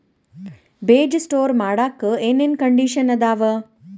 ಬೇಜ ಸ್ಟೋರ್ ಮಾಡಾಕ್ ಏನೇನ್ ಕಂಡಿಷನ್ ಅದಾವ?